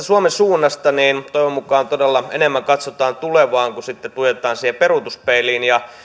suomen suunnasta toivon mukaan nyt todella enemmän katsotaan tulevaan kuin tuijotetaan siihen peruutuspeiliin